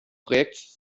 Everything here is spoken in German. projekts